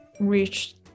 reached